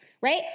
right